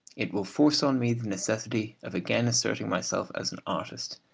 it will force on me the necessity of again asserting myself as an artist,